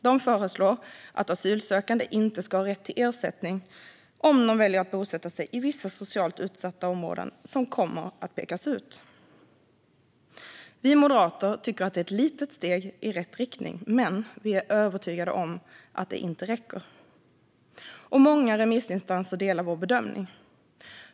De föreslår att asylsökande inte ska ha rätt till ersättning om de väljer att bosätta sig i vissa socialt utsatta områden som kommer att pekas ut. Vi moderater tycker att det är ett litet steg i rätt riktning, men vi är övertygade om att det inte räcker. Och många remissinstanser delar vår bedömning.